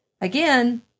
again